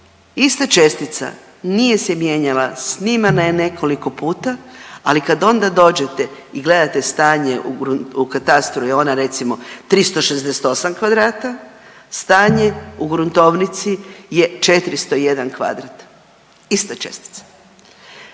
ista čestica nije se mijenjala, snimana je nekoliko puta, ali kad onda dođete i gledate stanje, u katastru je ona recimo 368 kvadrata, stanje u gruntovnici je 401 kvadrat, ista čestica.